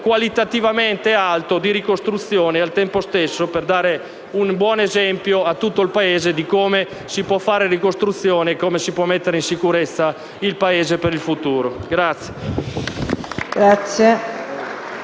qualitativamente alto, di ricostruzione e al tempo stesso per dare un buon esempio a tutto il Paese di come si può fare ricostruzione e mettere in sicurezza il territorio per il futuro.